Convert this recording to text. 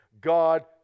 God